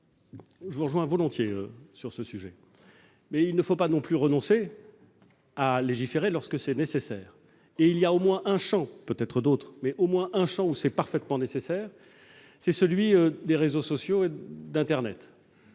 Je vous rejoins volontiers sur ce sujet, mais il ne faut pas non plus renoncer à légiférer lorsque cela est nécessaire. Or il y a au moins un champ- il en existe peut-être d'autres -où cela est parfaitement nécessaire, c'est celui des réseaux sociaux et d'internet,